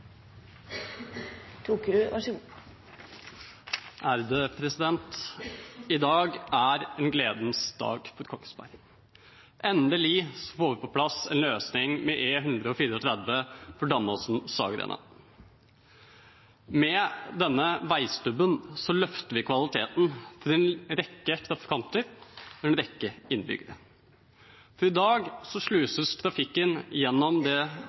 en gledens dag for Kongsberg. Endelig får vi på plass en løsning for E134 Damåsen–Saggrenda. Med denne veistubben løfter vi kvaliteten for en rekke trafikanter og en rekke innbyggere, for i dag sluses trafikken gjennom det